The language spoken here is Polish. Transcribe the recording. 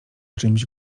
czymś